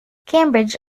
cambridge